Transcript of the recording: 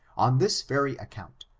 on this very account,